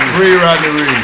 free rodney reed!